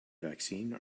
vaccine